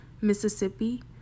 Mississippi